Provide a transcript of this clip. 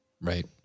Right